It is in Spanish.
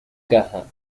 caja